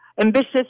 ambitious